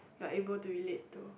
like able to relate to